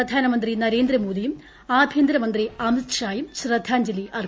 പ്രധാനമന്ത്രി നരേന്ദ്രമോദിയും ആഭ്യന്തരമന്ത്രി അമിത് ഷായും ശ്രദ്ധാഞ്ജലി അർപ്പിച്ചു